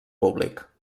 públic